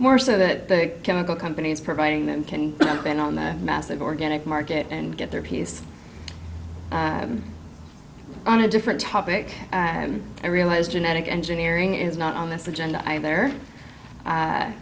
more so that the chemical companies providing them can in on the massive organic market and get their piece on a different topic and i realize genetic engineering is not on this agenda either